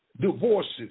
divorces